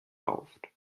rauft